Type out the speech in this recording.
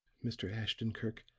mr. ashton-kirk,